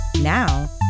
Now